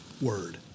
word